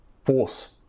Force